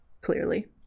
Clearly